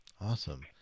awesome